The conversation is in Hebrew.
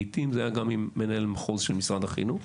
לעיתים זה היה גם עם מנהל מחוז של משרד החינוך.